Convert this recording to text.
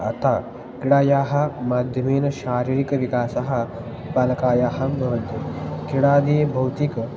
अतः क्रीडायाः माध्यमेन शारीरिकविकासः बालकानां हां भवन्ति क्रीडादिभौतिकं